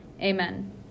Amen